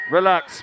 Relax